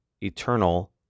eternal